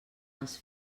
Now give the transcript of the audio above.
als